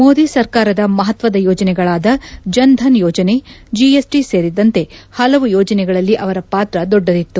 ಮೋದಿ ಸರ್ಕಾರದ ಮಹತ್ವದ ಯೋಜನೆಗಳಾದ ಜನ್ ಧನ್ ಯೋಜನೆ ಜಿಎಸ್ಟ ಸೇರಿದಂತೆ ಪಲವು ಯೋಜನೆಗಳಲ್ಲಿ ಅವರ ಪಾತ್ರ ದೊಡ್ಡದಿತ್ತು